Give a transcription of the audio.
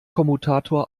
kommutator